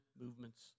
movements